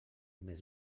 més